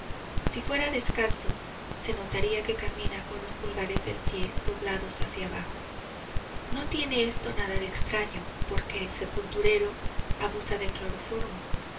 si fuera descalzo se notaría que camina con los pulgares del pie doblados hacia abajo no tiene esto nada de extraño porque el sepulturero abusa del cloroformo